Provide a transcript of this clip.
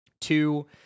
Two